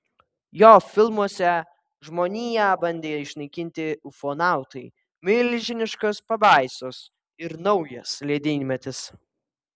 jo filmuose žmoniją bandė išnaikinti ufonautai milžiniškos pabaisos ir naujas ledynmetis